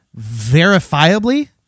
verifiably